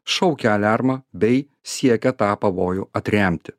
šaukia aliarmą bei siekia tą pavojų atremti